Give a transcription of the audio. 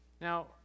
Now